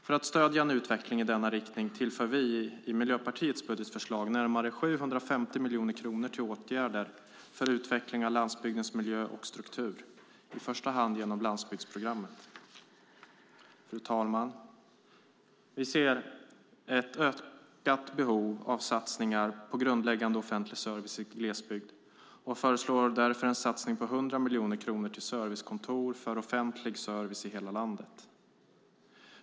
För att stödja en utveckling i denna riktning tillför vi i Miljöpartiet i vårt budgetförslag närmare 750 miljoner kronor till åtgärder för utveckling av landsbygdens miljö och struktur, i första hand genom landsbygdsprogrammet. Fru talman! Vi ser ett ökat behov av satsningar på grundläggande offentlig service i glesbygd och föreslår därför en satsning på 100 miljoner kronor till servicekontor för offentlig service i hela landet.